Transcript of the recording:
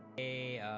a